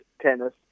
tennis